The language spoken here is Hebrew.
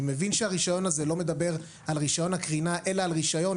מבין שהרישיון הזה לא מדבר על רישיון הקרינה אלא על רישיון,